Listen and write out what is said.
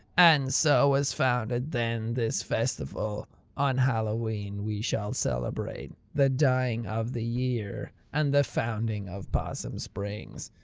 and so was founded then this festival on halloween we shall celebrate the dying of the year and the founding of possum springs!